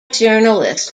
journalist